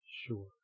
Sure